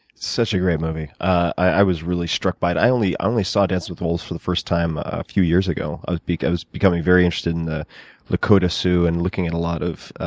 such a great movie. i was really struck by it. i only only saw dances with wolves for the first time a few years ago. ah i was becoming very interested in the dakota sioux and looking at a lot of